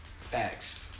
Facts